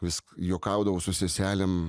vis juokaudavau su seselėm